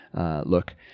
look